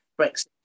Brexit